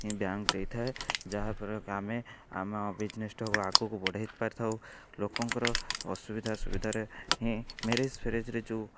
ହିଁ ବ୍ୟାଙ୍କ ଦେଇଥାଏ ଯାହାଦ୍ୱାରା କି ଆମେ ଆମ ବିଜନେସଟା ଆଗକୁ ବଢ଼ାଇ ପାରିଥାଉ ଲୋକଙ୍କର ଅସୁବିଧା ସୁବିଧାରେ ହିଁ ମ୍ୟାରେଜ୍ ଫାରେଜ୍ରେ ଯେଉଁ